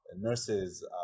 nurses